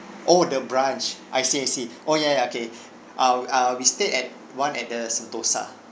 oh the branch I see I see oh ya ya okay uh uh we stayed at [one] at the sentosa